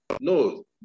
No